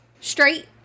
Straight